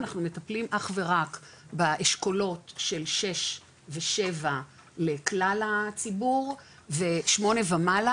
אנחנו מטפלים אך ורק באשכולות של שש ושבע לכלל הציבור ושמונה ומעלה,